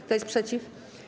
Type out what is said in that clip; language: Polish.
Kto jest przeciw?